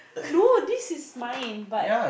no this is mine